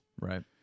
Right